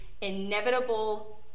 inevitable